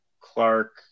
Clark